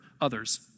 others